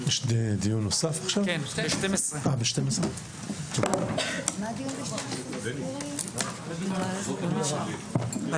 הישיבה ננעלה בשעה 11:30.